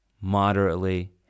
moderately